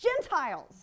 Gentiles